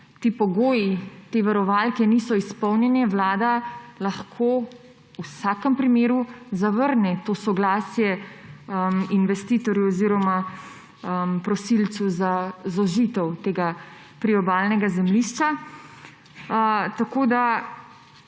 ti pogoji, te varovalke niso izpolnjenje, Vlada lahko v vsakem primeru zavrne to soglasje investitorju oziroma prosilcu za zožitev tega priobalnega zemljišča. Tako ne